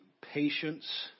patience